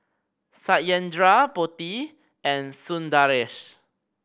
Satyendra Potti and Sundaresh